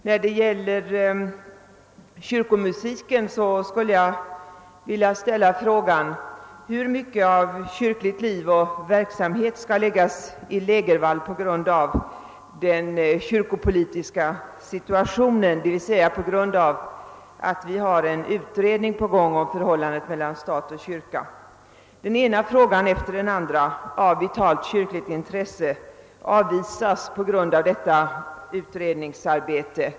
När det gäller kyrkomusiken skulle jag vilja ;ställa frågan: Hur mycket av kyrkligt liv och verksamhet skall läggas i lägervall på grund av den kyrkopolitiska situationen, d.v.s. på grund av att en utredning pågår om förhållandet mellan stat och kyrka? Den ena frågan efter den andra av vitalt kyrkligt intresse avvisas på grund av detta utredningsarbete.